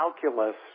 calculus